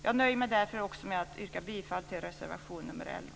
Jag nöjer mig därför också med att yrka bifall till reservation 11.